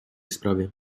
sprawie